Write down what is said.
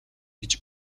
гэж